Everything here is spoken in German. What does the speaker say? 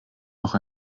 noch